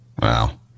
Wow